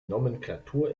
nomenklatur